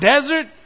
desert